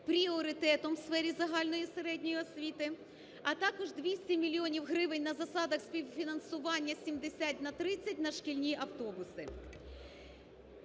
пріоритетом в сфері загальної середньої освіти, а також 200 мільйонів гривень на засадах співфінансування 70 на 30 на шкільні автобуси.